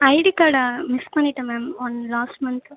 ID கார்டை miss பண்ணிவிட்டேன் ma'am one last month